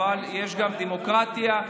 אבל יש גם דמוקרטיה,